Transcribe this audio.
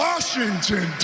Washington